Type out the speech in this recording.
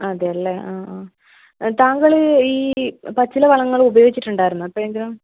അതേല്ലേ ആ ആ താങ്കള് ഈ പച്ചില വളങ്ങള് ഉപയോഗിച്ചിട്ടുണ്ടായിരുന്നോ എപ്പഴെങ്കിലും